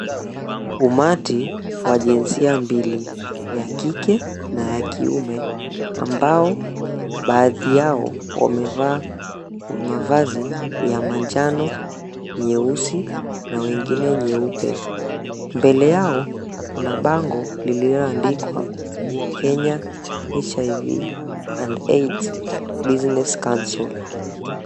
Umati wa jinsia mbili, ya kike na ya kiume ambao baadhi yao wamevaa mavazi ya majano, nyeusi na wengine nyeupe. Mbele yao kuna bango lililoandikwa, Kenya HIV And AIDs Business Council.